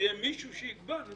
יהיה מישהו שיקבע.